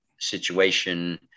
situation